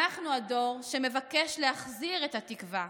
אנחנו הדור שמבקש להחזיר את התקווה,